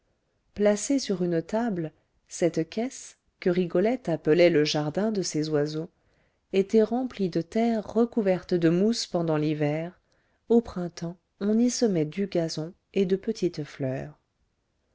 placée sur une table cette caisse que rigolette appelait le jardin de ses oiseaux était remplie de terre recouverte de mousse pendant l'hiver au printemps on y semait du gazon et de petites fleurs